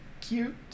Cute